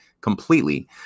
completely